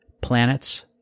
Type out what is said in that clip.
planets